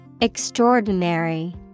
extraordinary